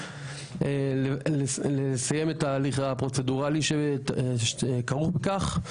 ולסיים את התהליך הפרוצדוראלי שכרוך בכך.